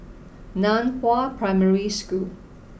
Nan Hua Primary School